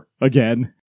again